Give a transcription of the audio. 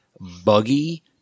buggy